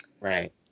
Right